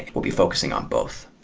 we'll be focusing on both.